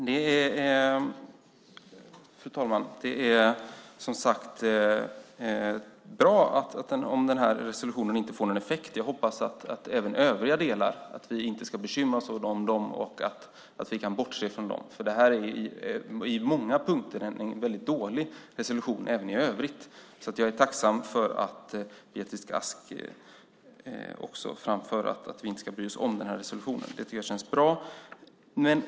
Fru talman! Det är som sagt bra om den här resolutionen inte får någon effekt. Jag hoppas att vi inte heller ska behöva bekymra oss över övriga delar utan kan bortse från dem, för det är på många punkter en väldigt dålig resolution även i övrigt. Jag är därför tacksam för att Beatrice Ask framför att vi inte ska bry oss om resolutionen. Det tycker jag känns bra.